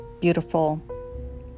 beautiful